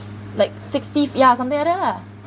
like sixty fif~ yeah something like that lah